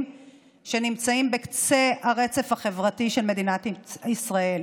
שנמצאים בקצה הרצף החברתי של מדינת ישראל,